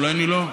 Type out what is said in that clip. אולי אני לא.